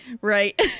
right